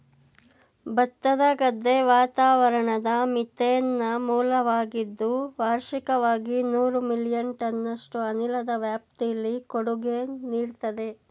ಭತ್ತದ ಗದ್ದೆ ವಾತಾವರಣದ ಮೀಥೇನ್ನ ಮೂಲವಾಗಿದ್ದು ವಾರ್ಷಿಕವಾಗಿ ನೂರು ಮಿಲಿಯನ್ ಟನ್ನಷ್ಟು ಅನಿಲದ ವ್ಯಾಪ್ತಿಲಿ ಕೊಡುಗೆ ನೀಡ್ತದೆ